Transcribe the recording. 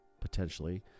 potentially